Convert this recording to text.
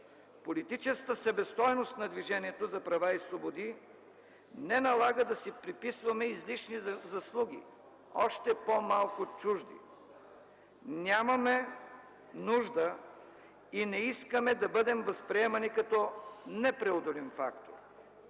Политическата себестойност на Движението за права и свободи не налага да си приписваме излишни заслуги, още по-малко чужди. Нямаме нужда и не искаме да бъдем възприемани като непреодолим фактор.